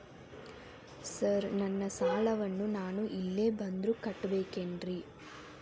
Sir ನನ್ನ ಸಾಲವನ್ನು ನಾನು ಇಲ್ಲೇ ಬಂದು ಕಟ್ಟಬೇಕೇನ್ರಿ?